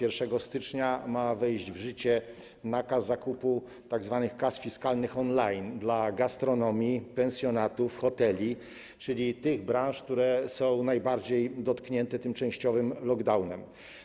1 stycznia ma wejść w życie nakaz zakupu tzw. kas fiskalnych on-line dla gastronomii, pensjonatów, hoteli, czyli tych branż, które są najbardziej dotknięte tym częściowym lockdownem.